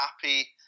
happy